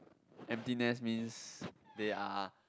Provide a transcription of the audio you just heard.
empty nest means they are